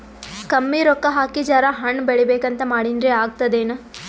ಕಮ್ಮಿ ರೊಕ್ಕ ಹಾಕಿ ಜರಾ ಹಣ್ ಬೆಳಿಬೇಕಂತ ಮಾಡಿನ್ರಿ, ಆಗ್ತದೇನ?